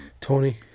Tony